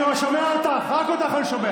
אתה ראית --- אני שומע אותך, רק אותך אני שומע.